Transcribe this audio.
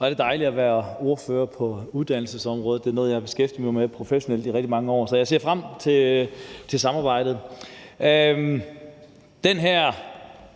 det dejligt at være ordfører på uddannelsesområdet – det er noget, jeg har beskæftiget mig med professionelt i rigtig mange år, så jeg ser frem til samarbejdet. I forhold